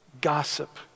gossip